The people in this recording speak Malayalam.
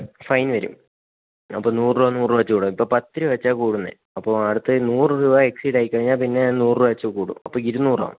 ഫൈൻ വരും അപ്പോൾ നൂറുരൂപ നൂറുരൂപ വെച്ച് കൂടും ഇപ്പോൾ പത്ത് രൂപ വെച്ചാണ് കൂടുന്നത് അപ്പോൾ അടുത്തത് നൂറ് രൂപ എക്സീഡായി കഴിഞ്ഞാൽ പിന്നെ നൂറുരൂപ വെച്ച് കൂടും അപ്പോൾ ഇരുന്നൂറാകും